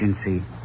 agency